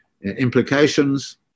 implications